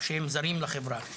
שהם זרים לחברה,